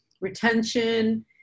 retention